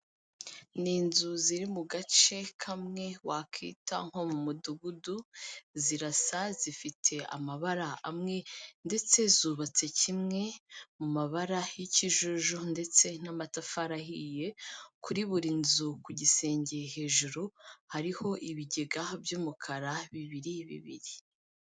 Ni inzu ziri mu gace kamwe wakita nko mu mudugudu, zirasa zifite amabara amwe ndetse zubatse kimwe mu mabara y'ikijuju ndetse n'amatafari ahiye, kuri buri nzu ku gisenge hejuru hariho ibigega by'umukara bibiri bibiri.